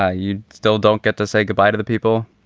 ah you still don't get to say goodbye to the people.